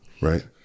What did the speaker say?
right